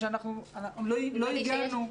לא הגענו למענה.